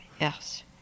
Yes